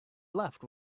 left